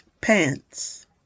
pants